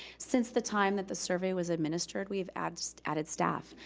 since the time that the survey was administered, we have added so added staff,